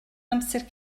amser